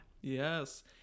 Yes